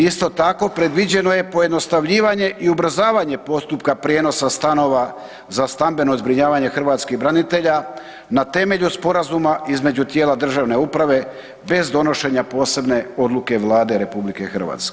Isto tako, predviđeno je pojednostavljivanje i ubrzavanje postupka prijenosa stanova za stambeno zbrinjavanje hrvatskih branitelja na temelju sporazuma između tijela državne uprave bez donošenja posebne odluke Vlade RH.